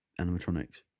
animatronics